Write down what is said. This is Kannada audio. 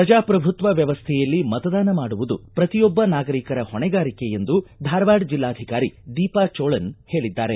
ಪ್ರಜಾಪ್ರಭುತ್ವ ವ್ಯವಸ್ಥೆಯಲ್ಲಿ ಮತದಾನ ಮಾಡುವುದು ಪ್ರತಿಯೊಬ್ಬ ನಾಗರಿಕರ ಹೊಣೆಗಾರಿಕೆ ಎಂದು ಧಾರವಾಡ ಜಿಲ್ಲಾಧಿಕಾರಿ ದೀಪಾ ಚೋಳನ್ ಹೇಳಿದ್ದಾರೆ